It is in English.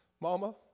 mama